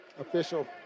official